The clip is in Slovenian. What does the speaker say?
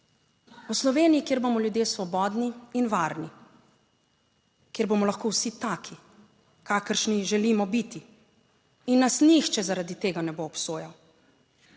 o Sloveniji, kjer bomo ljudje svobodni in varni, kjer bomo lahko vsi taki, kakršni želimo biti in nas nihče zaradi tega ne bo obsojal,